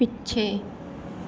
ਪਿੱਛੇ